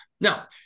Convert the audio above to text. now